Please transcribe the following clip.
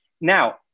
now